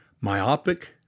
myopic